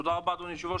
תודה, אדוני היושב-ראש.